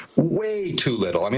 way too little. i mean